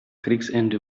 kriegsende